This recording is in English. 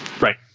Right